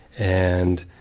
and